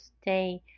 stay